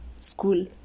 school